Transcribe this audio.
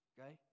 Okay